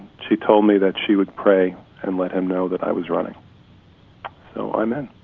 she told me that she would crate and let him know that i was running so i mean